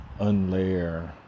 unlayer